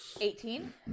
Eighteen